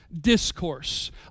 Discourse